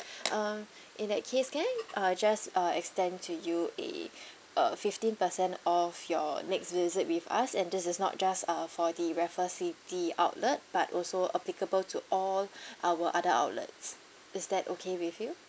um in that case can I uh just uh extend to you a uh fifteen percent off your next visit with us and this is not just uh for the raffles city outlet but also applicable to all our other outlets is that okay with you